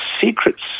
secrets